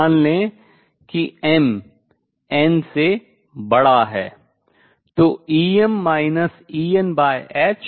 मान लें कि m n से बड़ा है तो hmn